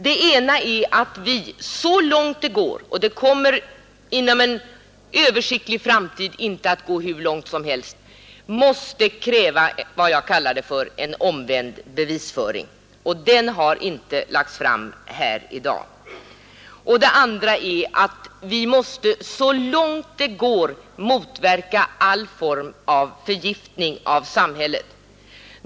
Den ena är att vi så långt det går — det kommer inom en överskådlig framtid inte att gå hur långt som helst — måste kräva vad jag kallade en omvänd bevisföring. Den har inte lagts fram här i dag. Den andra är att vi så långt det går måste motverka alla former av förgiftning av samhället.